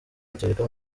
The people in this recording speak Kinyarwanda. gatolika